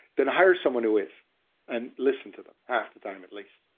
then hire someone who is and listen to them half the time at least